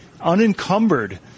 unencumbered